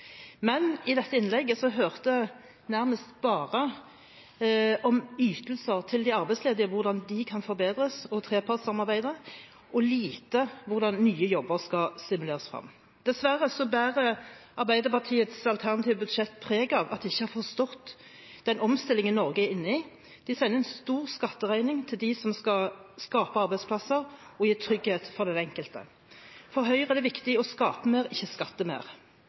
Men i innlegget hennes hørte jeg nærmest bare om ytelser til de arbeidsledige, om hvordan de kan forbedres, og om trepartssamarbeidet, men lite om hvordan nye jobber skal stimuleres frem. Dessverre bærer Arbeiderpartiets alternative budsjett preg av at de ikke har forstått den omstillingen som Norge er inne i. De sender en stor skatteregning til dem som skal skape arbeidsplasser og gi trygghet for den enkelte. For Høyre er det viktig å skape mer – ikke skatte mer.